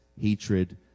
hatred